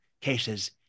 cases